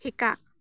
শিকা